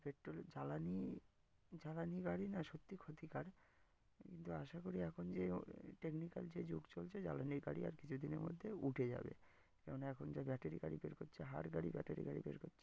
petrol জ্বালানি জ্বালানি গাড়ি না সত্যিই ক্ষতিকর কিন্তু আশা করি এখন যে টেকনিক্যাল যে যুগ চলছে জ্বালানির গাড়ি আর কিছুদিনের মধ্যে উঠে যাবে কেন না এখন যা ব্যাটারি গাড়ি বের করছে হার গাড়ি ব্যাটারি গাড়ি বের করছে